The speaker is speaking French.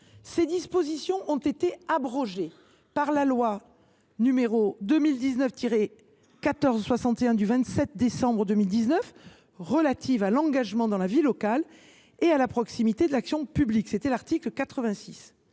Ces dispositions ont été abrogées par la loi n° 2019 1461 du 27 décembre 2019 relative à l’engagement dans la vie locale et à la proximité de l’action publique. En effet,